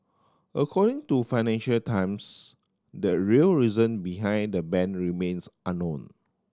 according to Financial Times the real reason behind the ban remains unknown